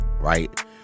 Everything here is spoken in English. Right